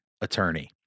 attorney